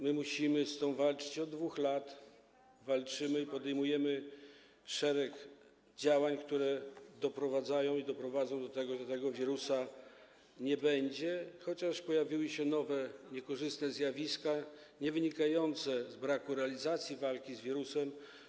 My musimy z tym walczyć od 2 lat i walczymy, podejmujemy szereg działań, które prowadzą i doprowadzą do tego, że tego wirusa nie będzie, chociaż pojawiły się nowe niekorzystne zjawiska, niewynikające z braku walki z wirusem.